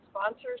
sponsors